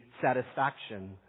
satisfaction